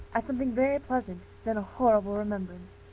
as something very pleasant then a horrible remembrance.